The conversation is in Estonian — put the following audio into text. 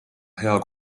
hea